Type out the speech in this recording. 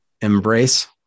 Embrace